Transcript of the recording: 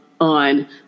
on